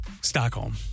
Stockholm